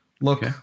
look